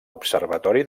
observatori